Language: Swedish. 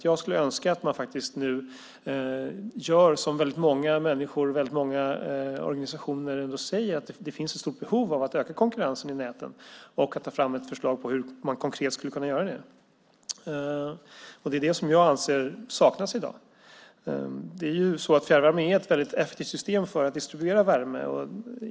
Jag skulle önska att man gjorde som väldigt många människor och organisationer säger - det finns ett stort behov av att öka konkurrensen i näten och ta fram ett förslag på hur man konkret skulle kunna göra det. Det är det som jag anser saknas i dag. Fjärrvärme är ett väldigt effektivt system för att distribuera värme.